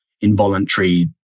involuntary